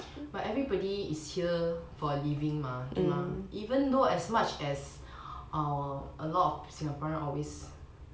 but everybody is here for a living mah 对吗 even thought as much as our a lot of singaporean always